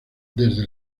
desde